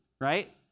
right